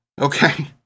Okay